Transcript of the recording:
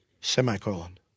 semicolon